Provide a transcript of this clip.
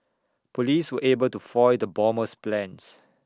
Police were able to foil the bomber's plans